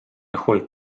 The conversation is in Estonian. hulk